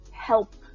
help